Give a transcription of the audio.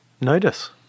Notice